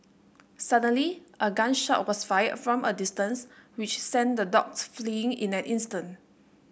suddenly a gun shot was fired from a distance which sent the dogs fleeing in an instant